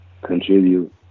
contribute